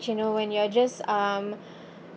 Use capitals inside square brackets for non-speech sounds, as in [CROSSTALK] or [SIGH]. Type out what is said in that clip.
~ge you know when you're just um [BREATH]